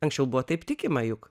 anksčiau buvo taip tikima juk